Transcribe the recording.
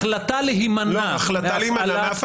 החלטה להימנע החלטה להימנע.